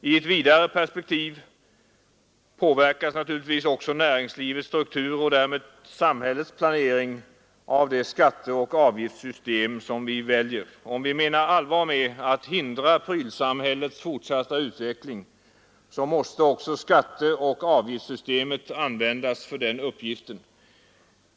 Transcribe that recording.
I ett vidare perspektiv påverkas naturligtvis också näringslivets struktur och därmed samhällets planering av det skatteoch avgiftssystem vi väljer. Om vi menar allvar med att hindra prylsamhällets fortsatta utveckling måste också skatteoch avgiftssystemet användas för den uppgiften.